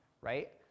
right